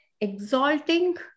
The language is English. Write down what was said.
exalting